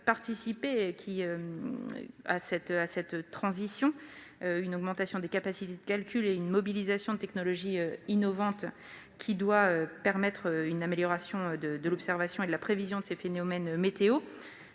a participé à cette transition. Une augmentation des capacités de calcul et une mobilisation de technologies innovantes doivent permettre une amélioration de l'observation et de la prévision des phénomènes